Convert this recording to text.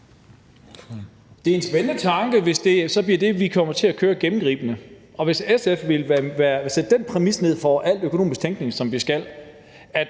Det er en spændende tanke, hvis det så bliver det, vi gennemgående kommer til at køre. Hvis SF vil sætte den præmis op for al økonomisk tænkning, altså at